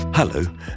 Hello